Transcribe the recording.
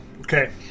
Okay